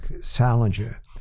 Salinger